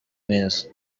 mwiza